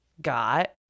got